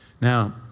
Now